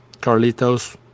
Carlitos